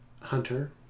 hunter